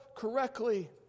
correctly